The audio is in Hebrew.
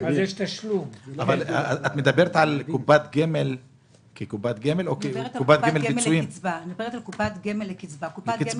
את מדברת על קופת גמל כקופת גמל או מדברת על קופת גמל פיצויים?